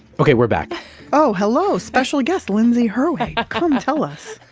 okay we're back oh, hello, special guest, lindsey hirway. come tell us.